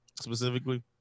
specifically